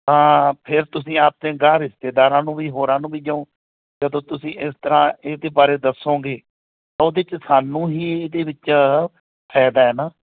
ਹਾਂ ਫਿਰ ਤੁਸੀਂ ਆਪਣੇ ਅਗਾਂਹ ਰਿਸ਼ਤੇਦਾਰਾਂ ਨੂੰ ਵੀ ਹੋਰਾਂ ਨੂੰ ਵੀ ਜਿਉਂ ਜਦੋਂ ਤੁਸੀਂ ਇਸ ਤਰ੍ਹਾਂ ਇਹਦੇ ਬਾਰੇ ਦੱਸੋਂਗੇ ਤਾਂ ਉਹਦੇ 'ਚ ਸਾਨੂੰ ਹੀ ਇਹਦੇ ਵਿੱਚ ਫਾਇਦਾ ਹੈ ਨਾ